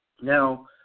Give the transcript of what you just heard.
Now